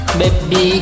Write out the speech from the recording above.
baby